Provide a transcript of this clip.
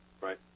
Right